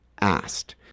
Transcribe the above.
asked